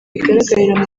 bigaragarira